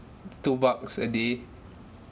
two bucks a day